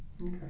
Okay